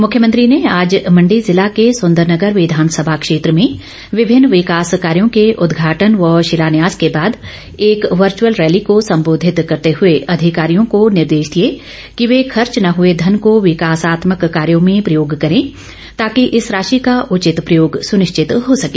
मुख्यमंत्री ने आज मण्डी जिला के संदरनगर विधानसभा क्षेत्र में विभिन्न विकास कार्यो के उदघाटन व शिलान्यास के बाद एक वर्चअल रैली को सम्बोधित करते हए अधिकारियों को निर्देश दिए कि वह खर्च न हए धन को विकासात्मक कार्यों में प्रयोग करें ताकि इस राशि का उचित प्रयोग सुनिश्चित हो सके